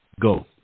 Go